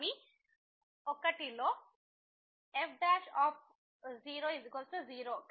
కానీ 1 లో f00